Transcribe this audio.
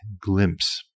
glimpse